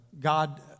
God